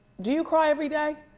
do you cry every day?